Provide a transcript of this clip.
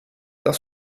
das